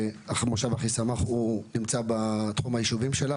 שמושב אחיסמך נמצא בתחום הישובים שלה,